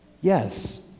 Yes